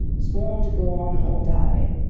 sworn to go on or die.